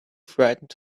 frightened